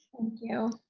you,